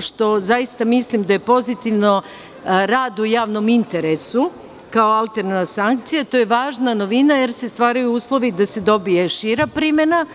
što zaista mislim da je pozitivno, rad u javnom interesu, kao alterna sankcija, to je važna novina, jer se stvaraju uslovi da se dobije šira primena.